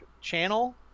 channel